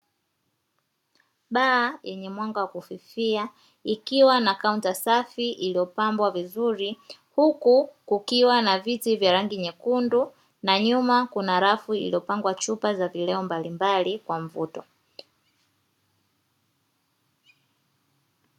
Baa yenye mwanga wa kufifia ikiwa na kaunta safi iliopambwa vizuri huku kukiwa na viti vya rangi nyekundu na nyuma kuna rafu iliopangwa chupa za vileo mbalimbali kwa mvuto.